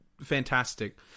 fantastic